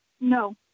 No